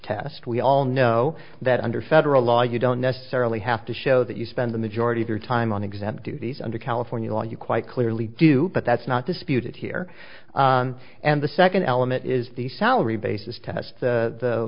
test we all know that under federal law you don't necessarily have to show that you spend the majority of your time on exempt duties under california law you quite clearly do but that's not disputed here and the second element is the salary basis test